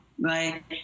right